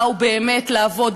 באו באמת לעבוד,